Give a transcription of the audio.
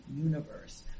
universe